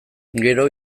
gero